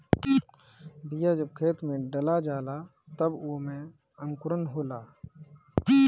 बिया जब खेत में डला जाला तब ओमे अंकुरन होला